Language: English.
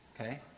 okay